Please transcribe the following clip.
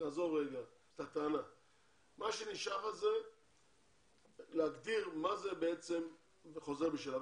מה שנשאר זה להגדיר מה זה בעצם חוזר בשאלה.